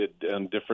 different